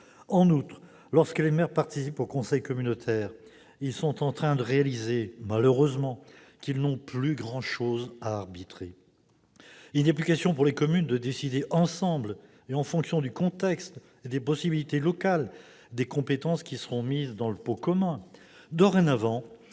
En outre, lorsque les maires participent aux conseils communautaires, ils réalisent qu'ils n'ont malheureusement plus grand-chose à arbitrer. Il n'est plus question pour les communes de décider ensemble, en fonction du contexte et des possibilités locales, des compétences qui seront mises dans le « pot commun